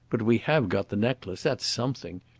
but we have got the necklace that's something.